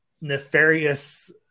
nefarious